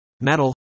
metal